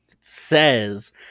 says